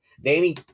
Danny